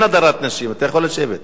אין הדרת נשים, אתה יכול לשבת.